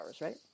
right